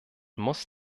muss